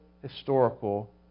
historical